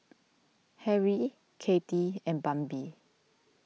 Harrie Katy and Bambi